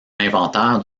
inventaire